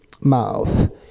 mouth